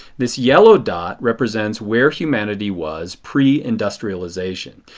this yellow dot represents where humanity was preindustrialization.